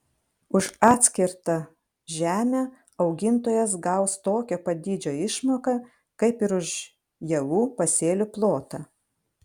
už atskirtą žemę augintojas gaus tokio pat dydžio išmoką kaip ir už javų pasėlių plotą